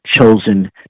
chosen